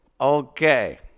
Okay